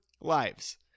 lives